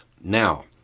Now